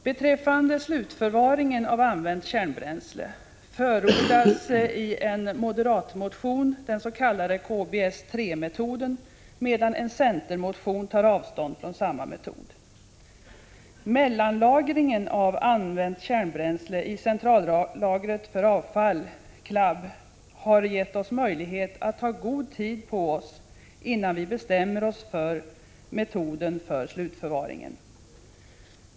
Beträffande slutförvaringen av använt kärnbränsle förordas i en moderatmotion dens.k. KBS-3-metoden, medan en centermotion tar avstånd från samma metod. Mellanlagring av använt kärnbränsle i centrallagret för använt kärnbränsle har gett oss möjlighet att ta god tid på oss, innan vi bestämmer oss för metoden för slutförvaring.